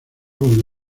con